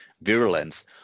virulence